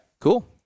Cool